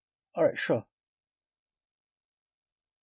alright sure